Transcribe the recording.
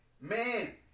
man